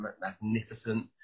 magnificent